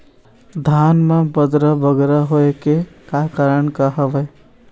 धान म बदरा बगरा होय के का कारण का हवए?